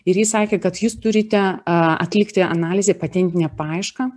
ir ji sakė kad jūs turite atlikti analizę patentinę paiešką